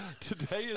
Today